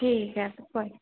ठीक ऐ